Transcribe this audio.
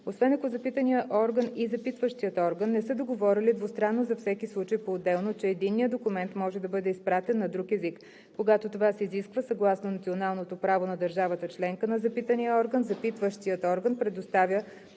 освен ако запитаният орган и запитващият орган не са договорили двустранно за всеки случай поотделно, че единният документ може да бъде изпратен на друг език. Когато това се изисква съгласно националното право на държавата членка на запитания орган, запитващият орган предоставя